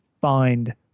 find